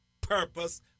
purpose